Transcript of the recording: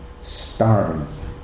starving